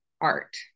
art